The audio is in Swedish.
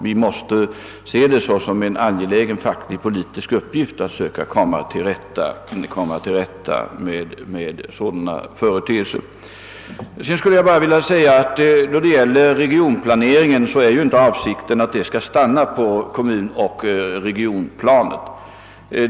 Vi måste se det som en angelägen facklig-politisk uppgift att söka komma till rätta med sådana företeelser. Vad sedan regionplaneringen angår är avsikten inte att den skall stanna på kommunoch regionplanet.